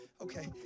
Okay